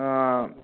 ꯑꯥ